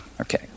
Okay